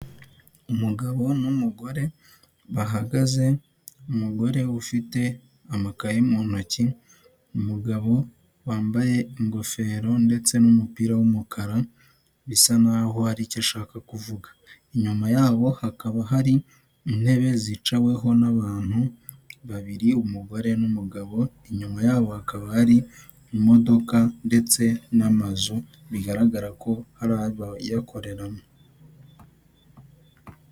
Umugabo n'umugore bahagaze, umugore ufite amakaye mu ntoki, umugabo wambaye ingofero ndetse n'umupira w'umukara, bisa nkaho haricyo ashaka kuvuga, inyuma yabo hakaba hari intebe zicaweho n'abantu babiri umugore n'umugabo, inyuma yabo hakaba hari imodoka ndetse n'amazu bigaragara ko hari abayakoreramo.